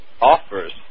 offers